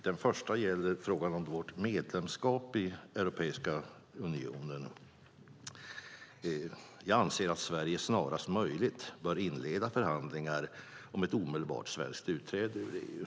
Den första gäller frågan om vårt medlemskap i Europeiska unionen. Jag anser att Sverige snarast möjligt bör inleda förhandlingar om ett omedelbart svenskt utträde ur EU.